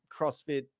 CrossFit